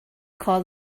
call